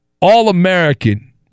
all-American